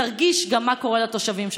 תרגיש גם מה קורה לתושבים שלך.